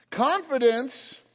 Confidence